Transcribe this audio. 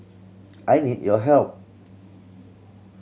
I need your help